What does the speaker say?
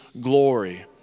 glory